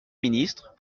ministre